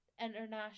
international